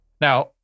Now